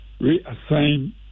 reassign